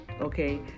Okay